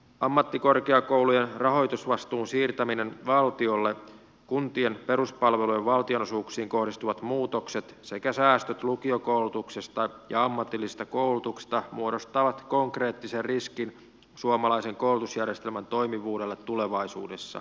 ammattikorkeakoulujen rahoitusvastuun siirtäminen valtiolle kuntien peruspalvelujen valtionosuuksiin kohdistuvat muutokset sekä säästöt lukiokoulutuksesta ja ammatillisesta koulutuksesta muodostavat konkreettisen riskin suomalaisen koulutusjärjestelmän toimivuudelle tulevaisuudessa